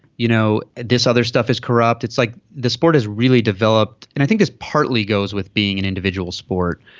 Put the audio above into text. you know this other stuff is corrupt. it's like the sport is really developed and i think it's partly goes with being an individual sport.